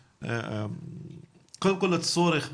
קודם כל לצורך,